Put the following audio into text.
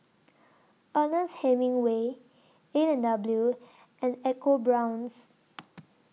Ernest Hemingway A and W and EcoBrown's